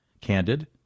Candid